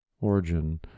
Origin